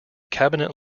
cabinet